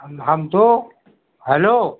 हम हम तो हलो